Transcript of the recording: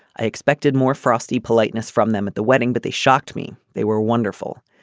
i expected more frosty politeness from them at the wedding but they shocked me. they were wonderful.